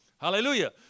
Hallelujah